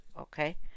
Okay